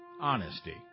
honesty